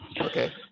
Okay